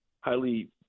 highly